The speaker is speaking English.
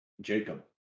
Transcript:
Jacob